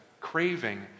craving